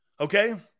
Okay